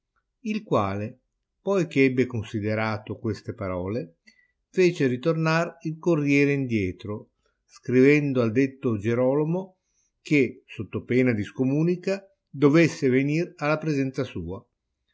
il quale poi che ebbe considerato queste parole fece ritornar il corriere indietro scrivendo al detto gierolomo che sotto pena di scomunica dovesse venir alla presenzia sua